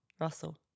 Russell